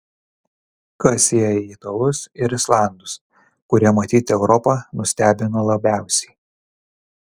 kas sieja italus ir islandus kurie matyt europą nustebino labiausiai